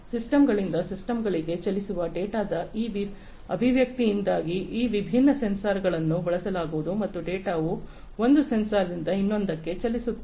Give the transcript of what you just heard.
ಸಿಸ್ಟಂಗಳಿಂದ ಸಿಸ್ಟಮ್ಗಳಿಗೆ ಚಲಿಸುವ ಡೇಟಾದ ಈ ಅಭಿವ್ಯಕ್ತಿಯಿಂದಾಗಿ ಈ ವಿಭಿನ್ನ ಸೆನ್ಸಾರ್ಗಳನ್ನು ಬಳಸಲಾಗುವುದು ಮತ್ತು ಡೇಟಾವು ಒಂದು ಸೆನ್ಸಾರ್ದಿಂದ ಇನ್ನೊಂದಕ್ಕೆ ಚಲಿಸುತ್ತದೆ